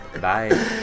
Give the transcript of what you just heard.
Bye